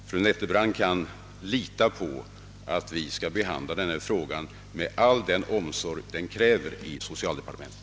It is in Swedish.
Fru Netteibrandt kan lita på att vi i socialdepartementet skall behandla detta ärende med all den omsorg det kräver.